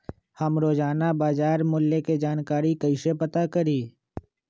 हम रोजाना बाजार मूल्य के जानकारी कईसे पता करी?